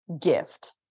gift